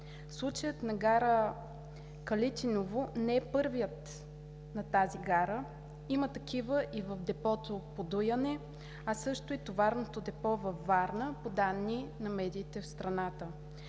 Случаят на гара Калитиново не е първият на тази гара. Има такива и в депото „Подуяне“, а също и в товарното депо във Варна по данни на медиите в страната.